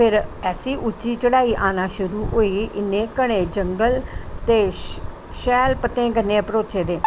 फिर ऐसी उच्ची चढाई आना शुरु होई गेई इन्ने घने जंगल ते शैल पतरें कन्ने भरोचे दे